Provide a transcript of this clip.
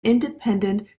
independent